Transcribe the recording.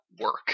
work